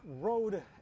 road